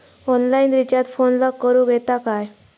Online recharge फोनला करूक येता काय?